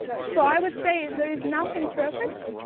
so i would say is there is nothing perfect.